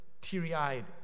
teary-eyed